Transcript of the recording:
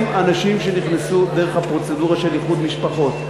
אנשים שנכנסו דרך הפרוצדורה של איחוד משפחות.